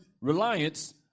reliance